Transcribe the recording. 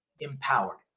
empowered